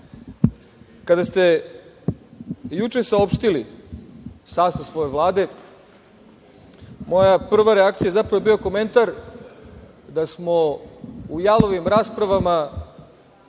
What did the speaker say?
ste juče saopštili sastav svoje Vlade, moja prva reakcija zapravo je bio komentar da smo u jalovim raspravama